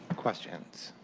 questions?